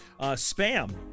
Spam